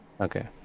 Okay